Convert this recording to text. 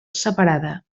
separada